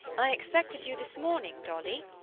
i expected you this morning, dolly.